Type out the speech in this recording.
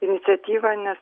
iniciatyva ne